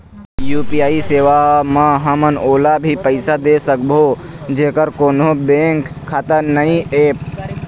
UPI सेवा म हमन ओला भी पैसा दे सकबो जेकर कोन्हो बैंक खाता नई ऐप?